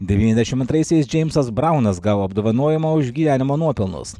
devyniasdešimt antraisiais džeimsas braunas gavo apdovanojimą už gyvenimo nuopelnus